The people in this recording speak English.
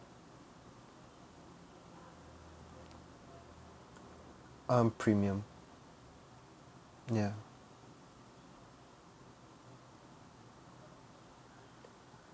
um premium ya